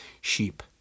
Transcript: sheep